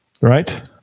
Right